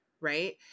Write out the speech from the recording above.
right